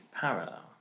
parallel